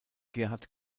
gerhard